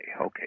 okay